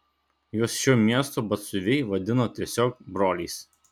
juos šio miesto batsiuviai vadina tiesiog broliais